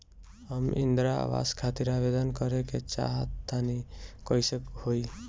हम इंद्रा आवास खातिर आवेदन करे क चाहऽ तनि कइसे होई?